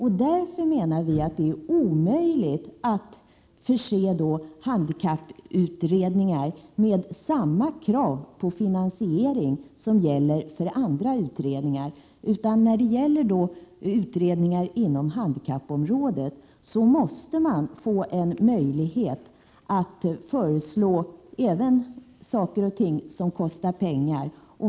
Därför menar vi att det är omöjligt att ställa samma krav på handikapputredningar när det gäller finansiering som gäller för andra utredningar. Utredningarna inom handikappområdet måste få möjlighet att även föreslå saker och ting som kostar pengar.